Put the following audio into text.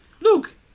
Look